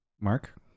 Mark